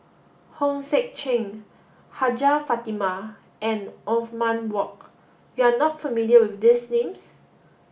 Hong Sek Chern Hajjah Fatimah and Othman Wok you are not familiar with these names